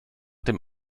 dem